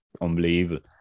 unbelievable